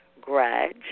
grudge